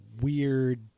weird –